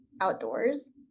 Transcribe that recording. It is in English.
outdoors